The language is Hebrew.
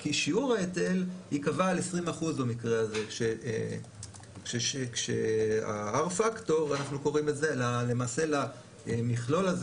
כי שיעור ההיטל יקבע על 20%. למכלול הזה